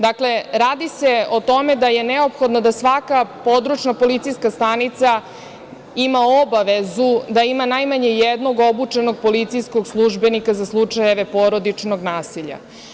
Dakle, radi se o tome da je neophodno da svaka područna policijska stanica ima obavezu da ima najmanje jednog obučenog policijskog službenika za slučajeve porodičnog nasilja.